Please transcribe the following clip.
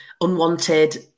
unwanted